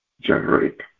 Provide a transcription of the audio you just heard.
generate